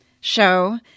show